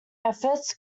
efforts